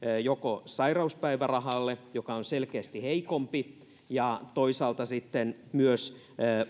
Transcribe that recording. sairauspäivärahalle joka on selkeästi heikompi ja toisaalta sitten myös